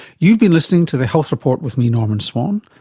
you've been listening to the health report with me, norman swan,